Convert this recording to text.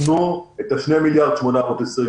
תנו את ה-2.82 מיליארד שקל.